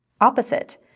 Opposite